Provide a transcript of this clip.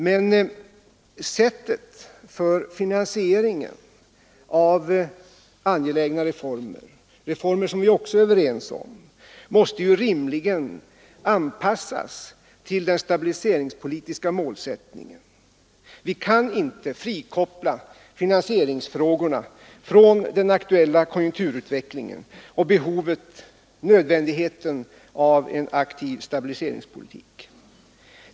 Men sättet för finansieringen av angelägna reformer, som vi också är överens om, måste rimligen anpassas till den stabiliseringspolitiska målsättningen. Vi kan inte frikoppla finansieringsfrågorna från den aktuella konjunkturutvecklingen och behovet av en aktiv stabiliseringspolitik.